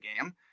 game